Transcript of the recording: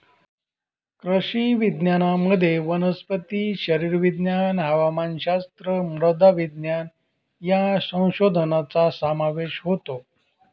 कृषी विज्ञानामध्ये वनस्पती शरीरविज्ञान, हवामानशास्त्र, मृदा विज्ञान या संशोधनाचा समावेश होतो